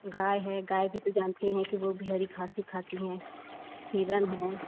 गाय है गाय भी तो जानते ही हैं कि वह भी हरी घांस ही खाती हैं हिरण हैं